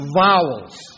vowels